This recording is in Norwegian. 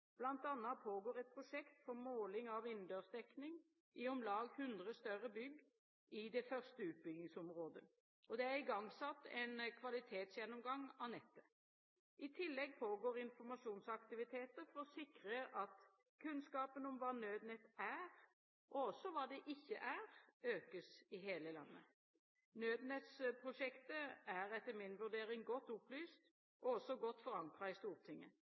annet pågår et prosjekt for måling av innendørs dekning i om lag 100 større bygg i det første utbyggingsområdet. Det er igangsatt en kvalitetsgjennomgang av nettet. I tillegg pågår informasjonsaktiviteter for å sikre at kunnskapen om hva Nødnett er, og også hva det ikke er, økes i hele landet. Nødnett-prosjektet er etter min vurdering godt opplyst og også godt forankret i Stortinget.